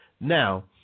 now